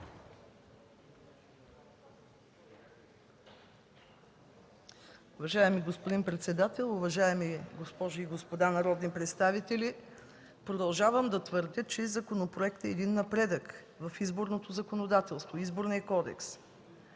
Уважаеми господин председател, уважаеми госпожи и господа народни представители! Продължавам да твърдя, че законопроектът е един напредък в изборното законодателство – Изборният кодекс.